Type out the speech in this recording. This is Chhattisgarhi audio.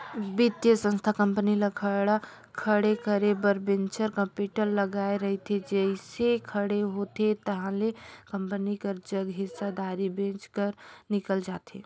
बित्तीय संस्था कंपनी ल खड़े करे बर वेंचर कैपिटल लगाए रहिथे जइसे खड़े होथे ताहले कंपनी कर जग हिस्सादारी बेंच कर निकल जाथे